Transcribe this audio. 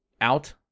out